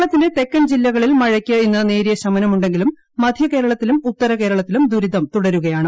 കേരളത്തിന്റെ തെക്കൻ ജില്ലകളിൽ മഴക്ക് ഇന്ന് നേരിയ ശമനമുണ്ടെ ങ്കിലും മധ്യകേരളത്തിലും ഉത്തരകേരളത്തിലും ദുരിതം തുടരുകയാണ്